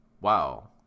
wow